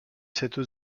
cette